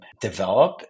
develop